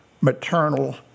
maternal